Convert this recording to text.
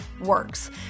works